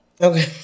Okay